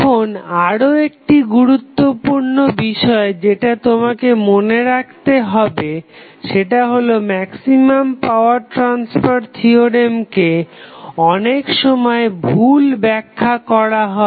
এখন আরও একটি গুরুত্বপূর্ণ বিষয় যেটা তোমাকে মনে রাখতে হবে সেটা হলো ম্যাক্সিমাম পাওয়ার ট্রাসফার থিওরেমকে অনেক সময় ভুল ব্যাখ্যা করা হয়